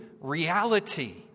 reality